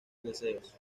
deseos